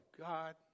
God